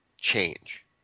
change